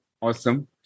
Awesome